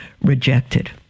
rejected